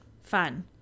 Fun